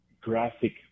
graphic